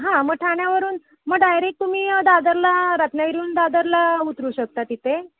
हां मग ठाण्यावरून मग डायरेक्ट तुम्ही दादरला रत्नागिरीवरून दादरला उतरू शकता तिथे